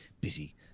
busy